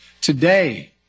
Today